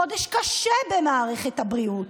חודש קשה במערכת הבריאות?